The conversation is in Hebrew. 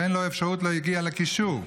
ואין לו אפשרות להגיע לקישור,